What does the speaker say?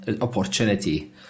opportunity